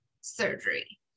surgery